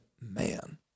man